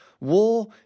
War